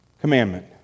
commandment